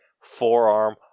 forearm